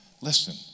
Listen